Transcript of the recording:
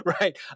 right